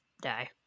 die